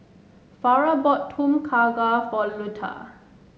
Farrah bought Tom Kha Gai for Luetta